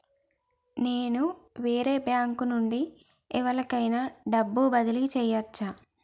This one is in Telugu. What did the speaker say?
నేను వేరే బ్యాంకు నుండి ఎవలికైనా డబ్బు బదిలీ చేయచ్చా?